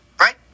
right